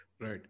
right